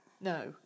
No